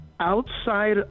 outside